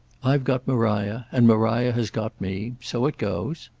i've got maria. and maria has got me. so it goes.